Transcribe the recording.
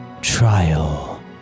trial